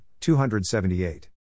278